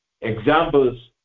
examples